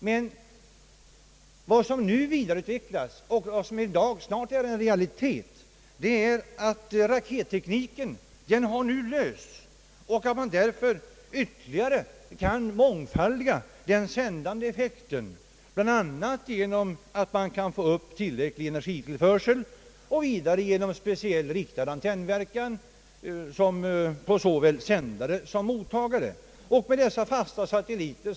Men vad som nu vidareutvecklas och snart blir en realitet är att man kan mångfaldiga den sändande effekten; rakettekniken har utvecklats så långt att man kan få upp tillräcklig energitillförsel för detta. Vidare får man speciellt riktad antennverkan på såväl sändare som mottagare.